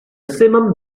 simum